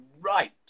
right